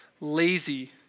Lazy